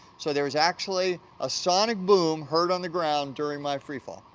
so there's actually a sonic boom heard on the ground during my free fall.